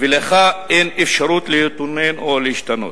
ולך אין אפשרות להתלונן או להשתנות.